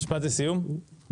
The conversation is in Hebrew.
בבקשה,